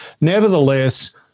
Nevertheless